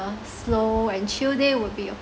slow and chill day would be a